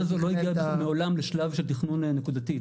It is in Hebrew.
הזו לא הגענו מעולם לשלב של תכנון נקודתי,